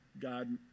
God